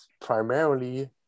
primarily